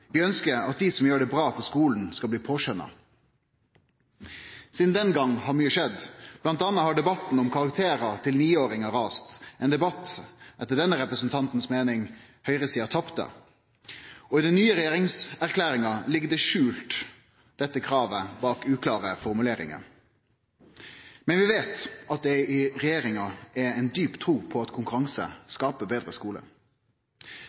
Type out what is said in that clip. Vi ønsker at de som gjør det bra på skolen, skal bli påskjønnet.» Sidan den gong har mykje skjedd, bl.a. har debatten om karakterar til niåringar rasa – ein debatt som, etter denne representantens meining, høgresida tapte. I den nye regjeringserklæringa ligg dette kravet skjult bak uklare formuleringar, men vi veit at det i regjeringa er ei djup tru på at